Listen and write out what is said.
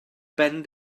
ben